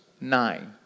nine